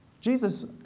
Jesus